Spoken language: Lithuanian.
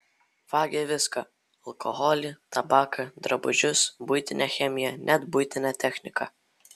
vagia viską alkoholį tabaką drabužius buitinę chemiją net buitinę techniką